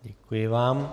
Děkuji vám.